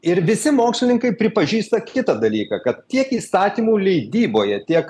ir visi mokslininkai pripažįsta kitą dalyką kad tiek įstatymų leidyboje tiek